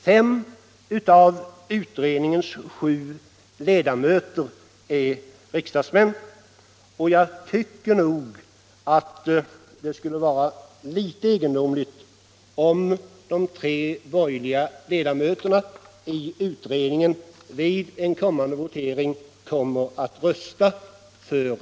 Fem av utredningens sju ledamöter är riksdagsledamöter, och jag tycker att det skulle vara litet egendomligt om de tre borgerliga ledamöterna i utredningen vid en kommande votering röstar för reservationerna.